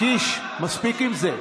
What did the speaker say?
קיש, מספיק עם זה.